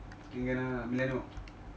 இங்கன:ingana millennial walk